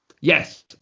Yes